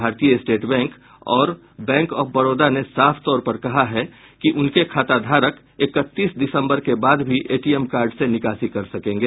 भारतीय state bank और bank of Baroda ने साफ तौर कहा है कि उनके खाताधारक इकतीस दिसंबर के बाद भी एटीएम कार्ड से निकासी कर सकेंगे